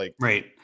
Right